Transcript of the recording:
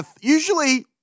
usually